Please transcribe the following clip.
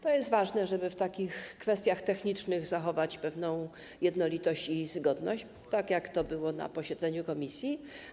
To jest ważne, żeby w takich kwestiach technicznych zachować pewną jednolitość i zgodność, tak jak było na posiedzeniu komisji.